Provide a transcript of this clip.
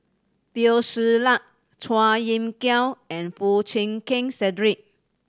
Teo Ser Luck Chua Kim Yeow and Foo Chee Keng Cedric